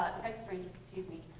texas rangers, excuse me,